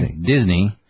Disney